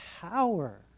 power